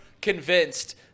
convinced –